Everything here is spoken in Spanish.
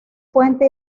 puente